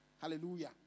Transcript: Hallelujah